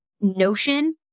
notion